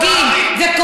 זה לא סרט